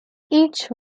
each